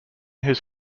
his